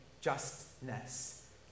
justness